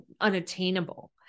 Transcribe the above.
unattainable